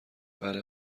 بله